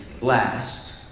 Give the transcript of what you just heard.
last